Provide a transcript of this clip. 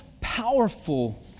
powerful